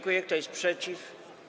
Kto jest przeciw?